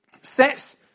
sets